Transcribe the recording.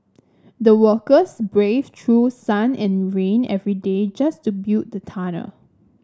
the workers braved through sun and rain every day just to build the tunnel